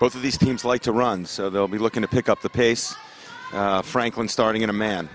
both of these teams like to run so they'll be looking to pick up the pace franklin starting in a man